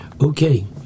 Okay